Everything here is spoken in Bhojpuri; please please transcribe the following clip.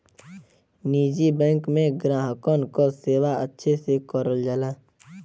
निजी बैंक में ग्राहकन क सेवा अच्छे से करल जाला